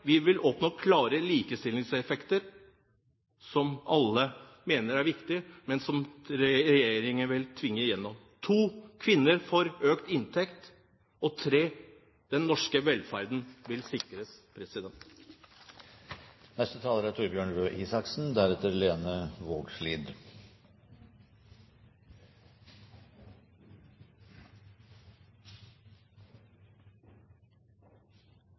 arbeidsmarkedet vil vi oppnå en kindereggeffekt: Vi vil oppnå klare likestillingseffekter, som alle mener er viktige. Kvinner får økt inntekt. Den norske velferden vil sikres.